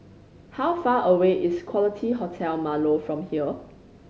how far away is Quality Hotel Marlow from here